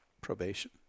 Probation